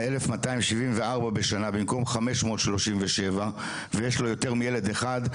שבעים וארבע בשנה במקום חמש מאות שלושים ושבע ויש לו יותר מילד אחד,